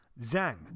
Zhang